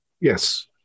Yes